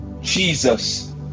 Jesus